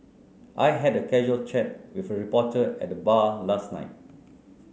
I had a casual chat with a reporter at the bar last night